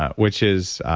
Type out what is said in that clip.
which is